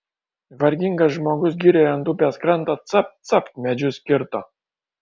vargingas žmogus girioje ant upės kranto capt capt medžius kirto